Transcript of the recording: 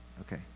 Okay